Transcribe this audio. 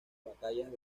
batallas